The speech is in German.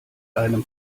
einem